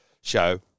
show